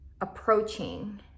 approaching